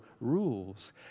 rules